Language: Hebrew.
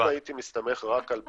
אם הייתי מסתמך רק על Bluetooth,